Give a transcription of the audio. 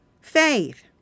Faith